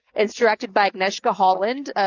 it's directed by agnieszka holland, ah,